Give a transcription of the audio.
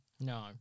No